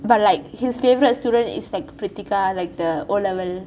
but like his favourite student is like krithika like the O level